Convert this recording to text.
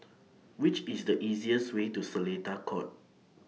Which IS The easiest Way to Seletar Court